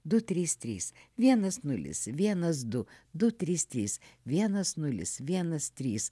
du trys trys vienas nulis vienas du du trys trys vienas nulis vienas trys